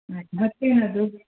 ಮತ್ತು ಅದು